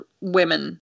women